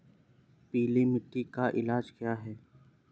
पीली मिट्टी का इलाज क्या है?